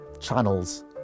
channels